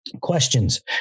Questions